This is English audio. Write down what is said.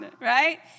right